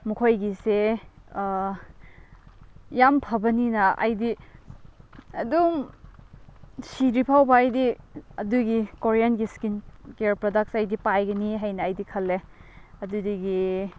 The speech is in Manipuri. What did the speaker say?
ꯃꯈꯣꯏꯒꯤꯁꯦ ꯌꯥꯝ ꯐꯕꯅꯤꯅ ꯑꯩꯗꯤ ꯑꯗꯨꯝ ꯁꯤꯗ꯭ꯔꯤꯐꯥꯎꯕ ꯑꯩꯗꯤ ꯑꯗꯨꯒꯤ ꯀꯣꯔꯤꯌꯥꯟꯒꯤ ꯁ꯭ꯀꯤꯟ ꯀꯦꯌꯥꯔ ꯄ꯭ꯔꯗꯛꯁꯦ ꯑꯩꯗꯤ ꯄꯥꯏꯒꯅꯤ ꯍꯥꯏꯅ ꯑꯩꯗꯤ ꯈꯜꯂꯦ ꯑꯗꯨꯗꯨꯒꯤ